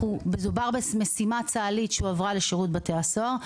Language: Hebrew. מדובר במשימה צה"לית שהועברה לשירות בתי הסוהר.